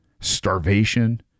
starvation